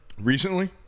Recently